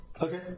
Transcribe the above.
Okay